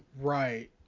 right